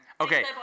Okay